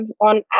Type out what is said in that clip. on